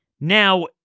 Now